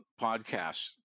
podcasts